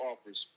offers